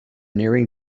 nearing